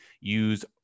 Use